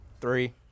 three